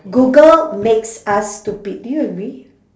google makes us stupid do you agree